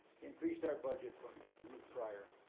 increased our budget from the year prior.